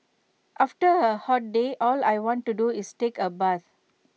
after A hot day all I want to do is take A bath